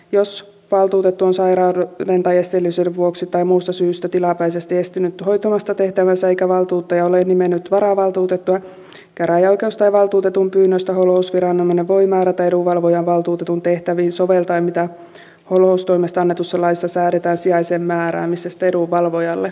jos valtuutettu on sairauden tai esteellisyyden vuoksi tai muusta syystä tilapäisesti estynyt hoitamasta tehtäväänsä eikä valtuuttaja ole nimennyt varavaltuutettua käräjäoikeus tai valtuutetun pyynnöstä holhousviranomainen voi määrätä edunvalvojan valtuutetun tehtäviin soveltaen mitä holhoustoimesta annetussa laissa säädetään sijaisen määräämisestä edunvalvojalle